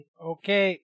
Okay